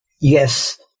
Yes